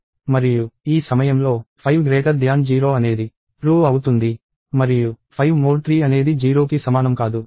మరియు ఈ సమయంలో 50 అనేది ట్రూ అవుతుంది మరియు 5 మోడ్ 3 అనేది 0కి సమానం కాదు ఇది కూడా నిజం